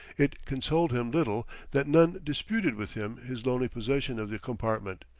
it consoled him little that none disputed with him his lonely possession of the compartment,